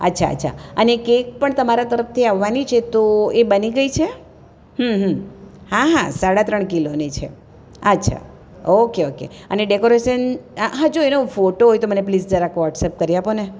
અચ્છા અચ્છા અને કેક પણ તમારા તરફથી આવવાની છે તો એ બની ગઈ છે હા હા સાડા ત્રણ કિલોની છે અચ્છા ઓકે ઓકે અને ડેકોરેસન આ હા જો એનો ફોટો હોય તો મને પ્લીસ જરાક વોટ્સએપ કરી આપોને